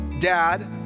dad